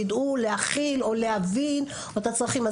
יידעו להכיל או להבין את הצרכים,